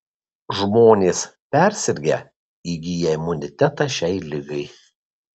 žmonės persirgę įgyja imunitetą šiai ligai